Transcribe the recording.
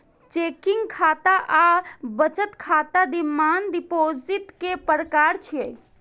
checking खाता आ बचत खाता डिमांड डिपोजिट के प्रकार छियै